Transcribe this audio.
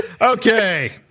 Okay